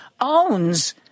owns